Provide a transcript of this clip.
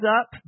up